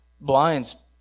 blinds